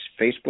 Facebook